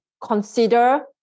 consider